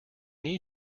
need